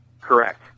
Correct